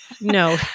No